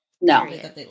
No